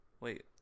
Wait